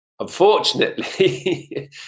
Unfortunately